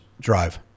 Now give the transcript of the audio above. drive